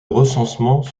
recensement